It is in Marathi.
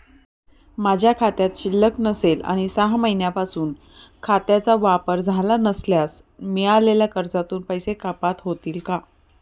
माझ्या खात्यात शिल्लक नसेल आणि सहा महिन्यांपासून खात्याचा वापर झाला नसल्यास मिळालेल्या कर्जातून पैसे कपात होतील का?